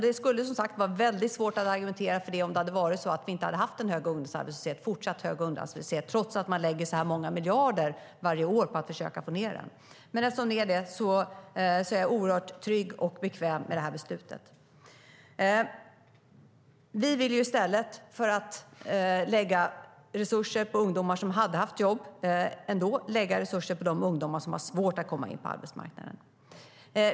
Det skulle vara väldigt svårt att argumentera för det om vi inte hade haft en fortsatt hög ungdomsarbetslöshet trots att man varje år lägger så många miljarder på att få ned den. Men som läget ser ut är jag trygg och bekväm med beslutet.I stället för att lägga resurser på ungdomar som hade haft jobb ändå vill vi lägga resurser på dem som har svårt att komma in på arbetsmarknaden.